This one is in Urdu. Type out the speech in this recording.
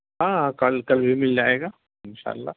ہاں کل کل بھی مل جائے گا انشاء اللہ